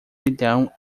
milhão